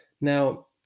Now